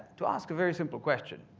to ask a very simple question.